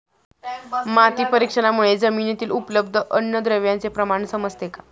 माती परीक्षणामुळे जमिनीतील उपलब्ध अन्नद्रव्यांचे प्रमाण समजते का?